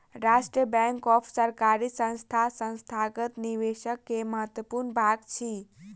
राष्ट्रीय बैंक और सरकारी संस्थान संस्थागत निवेशक के महत्वपूर्ण भाग अछि